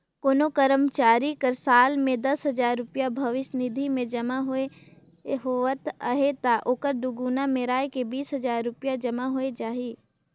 कोनो करमचारी कर साल में दस हजार रूपिया भविस निधि में जमा होवत अहे ता ओहर दुगुना मेराए के बीस हजार रूपिया जमा होए जाही